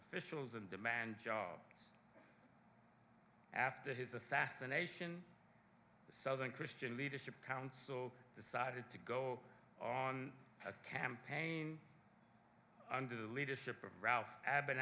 officials and demand jobs after his assassination the southern christian leadership council decided to go on a campaign under the leadership of ralph ab